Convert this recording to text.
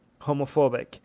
homophobic